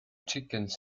chickens